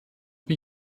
wie